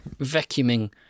vacuuming